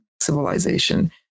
civilization